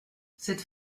cette